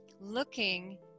looking